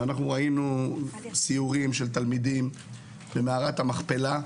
ואנחנו ראינו סיורים של תלמידים במערת המכפלה,